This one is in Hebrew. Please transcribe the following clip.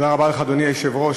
אדוני היושב-ראש,